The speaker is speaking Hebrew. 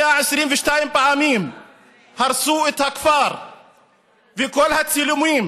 122 פעמים הרסו את הכפר וכל הצילומים